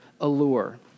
allure